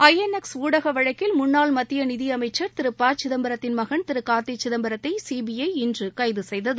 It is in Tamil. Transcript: ஐஎன்ஸ் ஊடக வழக்கில் முன்னாள் மத்திய நிதி அமைச்சர் திரு ப சிதம்பரத்தின் மகன் திரு கார்த்தி சிதம்பரத்தை சிபிஐ இன்று கைது செய்தது